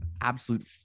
absolute